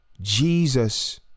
Jesus